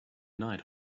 night